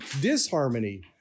disharmony